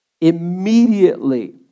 immediately